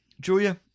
Julia